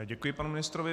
Děkuji panu ministrovi.